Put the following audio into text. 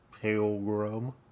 Pilgrim